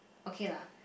okay lah